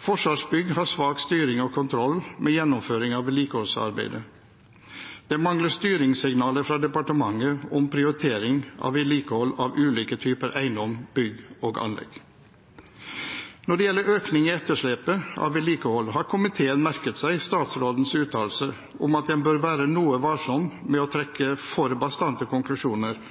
Forsvarsbygg har svak styring og kontroll med gjennomføring av vedlikeholdsarbeidet. Det mangler styringssignaler fra departementet om prioritering av vedlikehold av ulike typer eiendommer, bygg og anlegg. Når det gjelder økning i etterslepet av vedlikehold, har komiteen merket seg statsrådens uttalelse om at en bør være noe varsom med å trekke for bastante konklusjoner